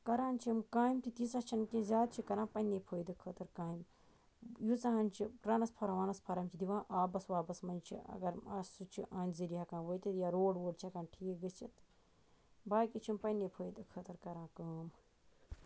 کَران چھِ یِم کامہِ تہٕ تیٖژاہ چھَنہٕ کینٛہہ زیاد چھِ کَران پَننے فٲیدٕ خٲطرٕ کامہِ ییٖژاہ ہان چھِ ٹرانسفر وانسفارم چھِ دِوان آبَس وابَس مَنٛز چھِ اَگَر آسہِ سُہ چھ یِہِنٛدِ ذریعہِ ہیٚکان وٲتِتھ یا روڈ ووڈ چھِ ہیٚکان ٹھیٖک گٔژھِتھ باقی چھِ یِم پَننے فٲیدٕ خٲطرٕ کَران کٲم